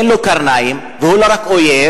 אין לו קרניים והוא לא רק אויב,